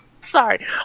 sorry